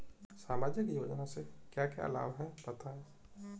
सामाजिक योजना से क्या क्या लाभ हैं बताएँ?